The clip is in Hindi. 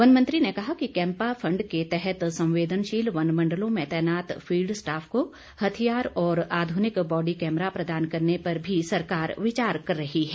वन मंत्री ने कहा कि कैम्पा फंड के तहत संवेदनशील वन मंडलों में तैनात फील्ड स्टाफ को हथियार और आधुनिक बॉडी कैमरा प्रदान करने पर भी सरकार विचार कर रही है